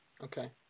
Okay